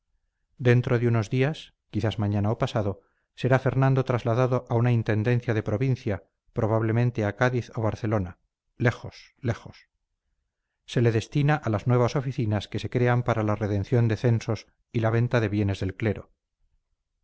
dentro de unos días quizás mañana o pasado será fernando trasladado a una intendencia de provincia probablemente a cádiz o barcelona lejos lejos se le destina a las nuevas oficinas que se crean para la redención de censos y la venta de bienes del clero